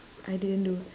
I didn't do